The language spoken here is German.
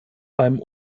beim